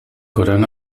corán